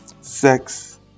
sex